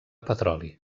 petroli